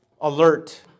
alert